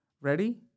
Ready